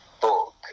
book